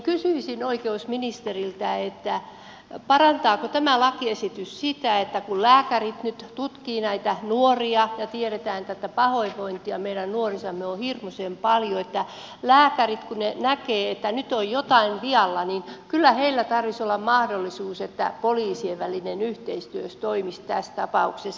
kysyisin oikeusministeriltä parantaako tämä lakiesitys sitä kun lääkärit nyt tutkivat näitä nuoria ja tiedetään että pahoinvointia meidän nuorissamme on hirmuisen paljon että lääkäreillä kun he näkevät että nyt on jotain vialla kyllä tarvitsisi olla mahdollisuus että poliisien välinen yhteistyö toimisi tässä tapauksessa